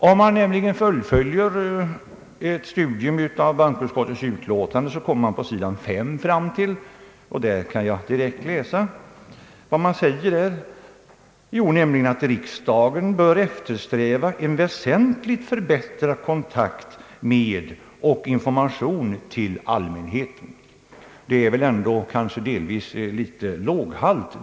Om man nämligen fullföljer ett studium av bankoutskottets utlåtande kommer man på sid. 5 fram till följande uttalande av utskottet: »——— riksdagen bör eftersträva en väsentligt förbättrad kontakt med och information till allmänheten.» Detta resonemang är väl ändå en smula låghalt.